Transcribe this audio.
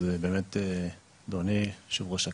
אדוני יושב-ראש הכנסת,